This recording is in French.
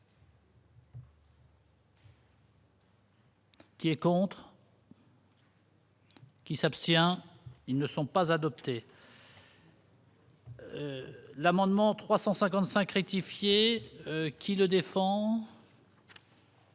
Qui est contre. Qui s'abstient, ils ne sont pas adoptées. L'amendement 355 rectifier qui le défend.